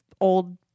old